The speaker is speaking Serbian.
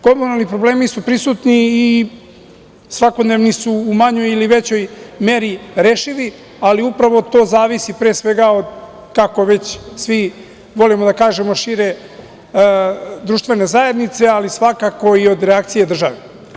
Komunalni problemi su prisutni i svakodnevni su u manjoj ili većoj meri rešivi, ali upravo to zavisi, pre svega, od kako već svi volimo da kažemo, šire društvene zajednice, ali svakako i od reakcije države.